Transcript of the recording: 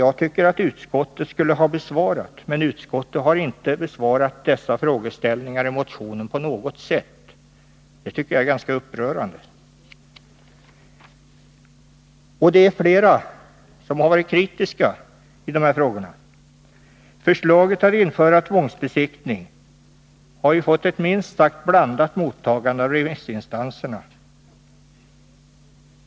Jag tycker att det här rör sig om ganska allvarliga frågor som utskottet borde ha besvarat. Men det har utskottet inte gjort, och det är enligt min mening upprörande. Det finns fler som har ställt sig kritiska till detta lagändringsförslag. Förslaget om att införa tvångsbesiktning har också fått ett minst sagt blandat mottagande av remissinstanserna.